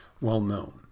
well-known